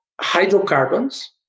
hydrocarbons